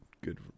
good